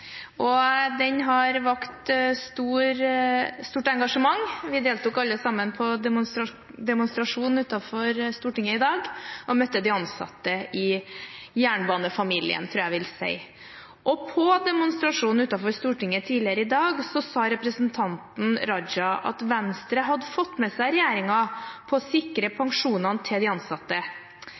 av den. Den har vakt stort engasjement. Vi deltok alle sammen på demonstrasjon utenfor Stortinget i dag og møtte de ansatte i «jernbanefamilien», tror jeg jeg vil si. På demonstrasjonen utenfor Stortinget tidligere i dag sa representanten Raja at Venstre hadde fått med seg regjeringen på å sikre pensjonen til de ansatte.